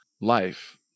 life